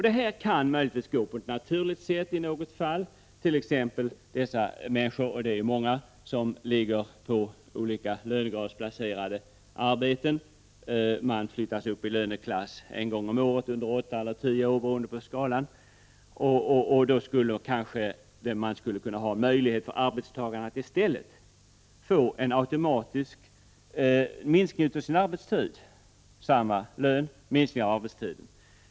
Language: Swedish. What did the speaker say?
Detta kan möjligtvis gå på naturligt sätt i något fall t.ex. de människor — de är många — som har lönegradsplacerade arbeten. Man flyttas upp i högre löneklass en gång om året under åtta eller tio år beroende på skalan. Arbetstagarna skulle kanske i stället ha möjlighet att få en automatisk minskning av sin arbetstid: samma lön, men minskning av arbetstiden.